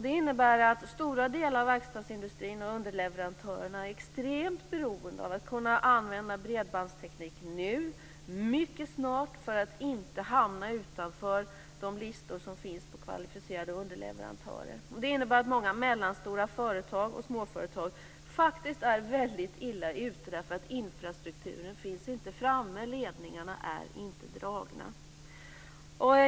Det innebär att stora delar av verkstadsindustrin och underleverantörerna är extremt beroende av att kunna använda bredbandsteknik nu, mycket snart, för att inte hamna utanför de listor som finns över kvalificerade underleverantörer. Det innebär att många mellanstora företag och småföretag faktiskt är väldigt illa ute därför att infrastrukturen inte finns framme; ledningarna är inte dragna.